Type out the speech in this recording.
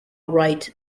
wright